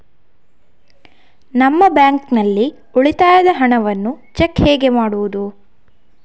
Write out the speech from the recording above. ನಮ್ಮ ಬ್ಯಾಂಕ್ ನಲ್ಲಿ ಉಳಿತಾಯದ ಹಣವನ್ನು ಚೆಕ್ ಹೇಗೆ ಮಾಡುವುದು?